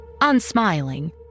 unsmiling